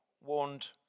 warned